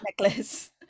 Necklace